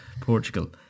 Portugal